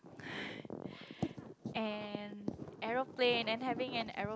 and aeroplane and having an aero~